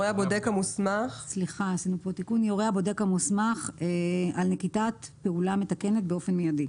הבודק המוסמך על נקיטת פעולה מתקנת באופן מיידי.